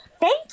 thank